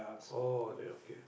oh then okay